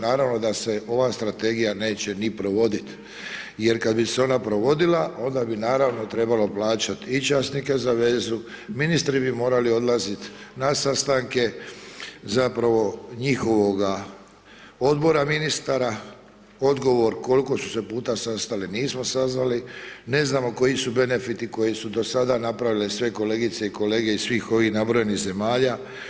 Naravno da se ova strategija neće ni provodit jer kad bi se ona provodila, onda bi naravno trebalo plaćat i časnike za vezu, ministri bi morali odlazit na sastanke, zapravo, njihovoga Odbora ministara, odgovor koliko su se puta sastali, nismo sazvali, ne znamo koji su benefiti koji su do sada napravile sve kolegice i kolege iz svih ovih nabrojenih zemalja.